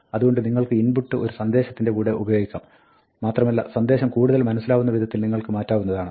അതുകൊണ്ട് നിങ്ങൾക്ക് input ഒരു സന്ദേശത്തിന്റെ കൂടെ ഉപയോഗിക്കാം മാത്രമല്ല സന്ദേശം കൂടുതൽ മനസ്സിലാവുന്ന വിധത്തിൽ നിങ്ങൾക്ക് മാറ്റാവുന്നതാണ്